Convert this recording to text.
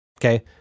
Okay